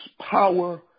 power